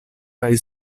kaj